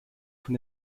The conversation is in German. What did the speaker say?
von